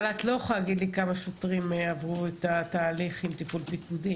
אבל את לא יכולה להגיד לי כמה שוטרים עברו את התהליך טיפול פיקודי.